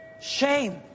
Shame